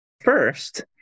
First